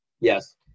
yes